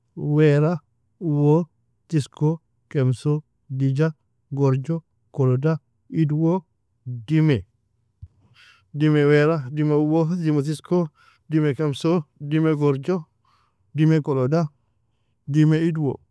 Weaira, uwo, tosko, kemso, dija, gorjo, koloda, idwo, demi, demewaira, demeuwo, demetosko, demekemso, demegorjo, demekoloda, demeidwo.